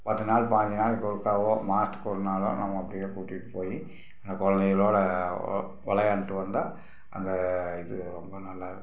பத்து நாள் பாஞ்சு நாளுக்கு ஒருக்காவோ மாதத்துக்கு ஒரு நாளோ நம்ம அப்படியே கூட்டிகிட்டு போய் அந்த குழந்தைகளோட வெ விளையாண்டு வந்தால் அந்த இது ரொம்ப நல்லா இருக்கும்